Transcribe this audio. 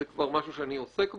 זה כבר משהו שאני עוסק בו?